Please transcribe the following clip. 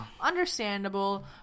Understandable